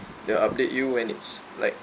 they'll update you when it's like